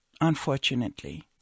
unfortunately